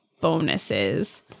bonuses